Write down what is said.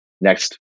next